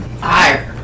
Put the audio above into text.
Fire